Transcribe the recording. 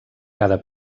cada